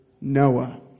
Noah